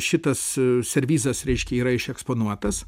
šitas servizas reiškia yra iš eksponuotas